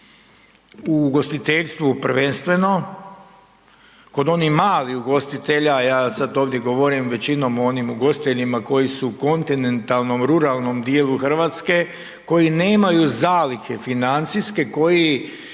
u ugostiteljstvu prvenstveno kod onih malih ugostitelja, ja sam ovdje govorim većinom o onim ugostiteljima koji su u kontinentalnom, ruralnom dijelu Hrvatske koji nemaju zalihe financijske koji